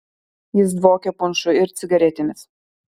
jis dvokė punšu ir cigaretėmis